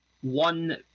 one